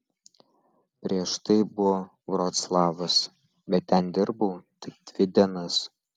prieš tai buvo vroclavas bet ten dirbau tik dvi dienas